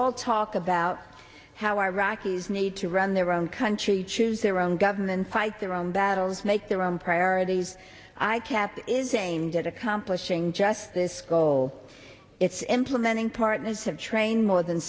all talk about how iraqis need to run their own country choose their own government fight their own battles make their own priorities i kept is aimed at accomplishing just this goal it's implementing partners have trained more than